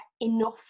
enough